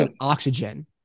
oxygen